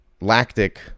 lactic